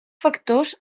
factors